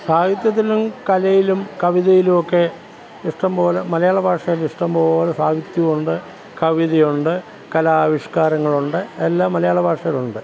സാഹിത്യത്തിലും കലയിലും കവിതയിലും ഒക്കെ ഇഷ്ടംപോലെ മലയാളഭാഷയിൽ ഇഷ്ടം പോലെ സാഹിത്യമുണ്ട് കവിതയുണ്ട് കലാ ആവിഷ്കാരങ്ങളുണ്ട് എല്ലാ മലയാള ഭാഷയിലുണ്ട്